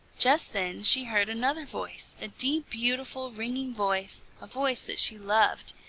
just then she heard another voice, a deep, beautiful, ringing voice, a voice that she loved.